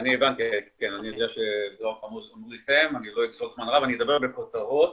אני לא אגזול זמן רב, אני אדבר בכותרות